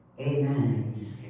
Amen